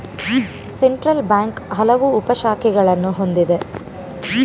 central bank ಹಲವು ಉಪ ಶಾಖೆಗಳನ್ನು ಹೊಂದಿದೆ